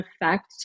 effect